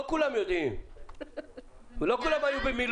אני עד היום לא קיבלתי שום נתון על כך שמבקשים